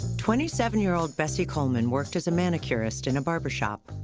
twenty seven year old bessie coleman worked as a manicurist in a barber shop.